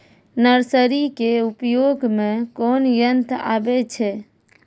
Nursery के उपयोग मे कोन यंत्र आबै छै?